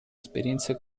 esperienze